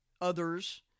others